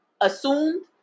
assumed